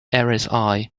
rsi